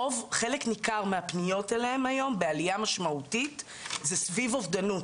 חלק ניכר מהפניות אליהן היום בעליה משמעותית זה סביב אובדנות.